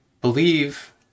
believe